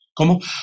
¿Cómo